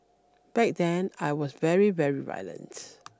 back then I was very very violent